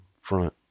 front